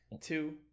two